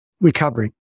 recovery